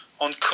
on